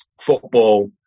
football